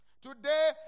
Today